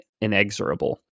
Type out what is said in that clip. inexorable